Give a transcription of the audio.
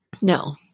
No